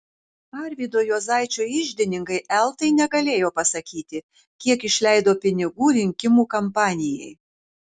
arvydo juozaičio iždininkai eltai negalėjo pasakyti kiek išleido pinigų rinkimų kampanijai